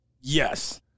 Yes